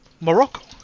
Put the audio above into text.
Morocco